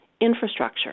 infrastructure